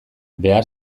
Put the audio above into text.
behar